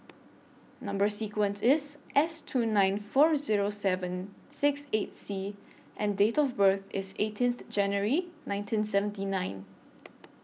Number sequence IS S two nine four Zero seven six eight C and Date of birth IS eighteenth January nineteen seventy nine